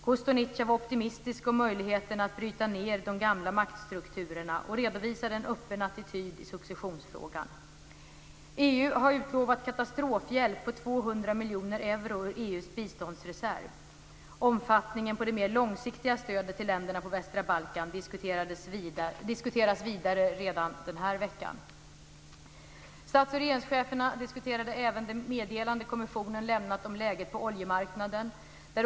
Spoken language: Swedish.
Kostunica var optimistisk om möjligheterna att bryta ned de gamla maktstrukturerna, och han redovisade en öppen attityd i successionsfrågan. EU har utlovat katastrofhjälp på 200 miljoner euro ur EU:s biståndsreserv. Omfattningen på det mer långsiktiga stödet till länderna på västra Balkan diskuteras vidare redan den här veckan. Stats och regeringscheferna diskuterade även det meddelande kommissionen lämnat om läget på oljemarknaden.